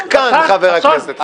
אני סחטן, חבר הכנסת חסון?